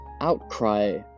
outcry